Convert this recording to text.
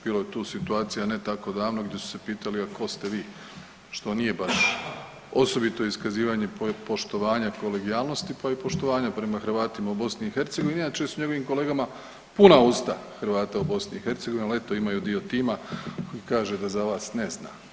Bilo je tu situacija ne tako davno gdje su se pitali a ko ste vi, što nije baš osobito iskazivanje poštovanja i kolegijalnosti, pa i poštovanja prema Hrvatima u BiH, inače su njegovim kolegama puna usta Hrvata u BiH, al eto imaju dio tima koji kaže da za vas ne zna.